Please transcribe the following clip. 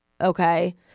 Okay